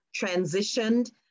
transitioned